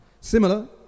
Similar